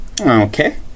Okay